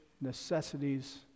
necessities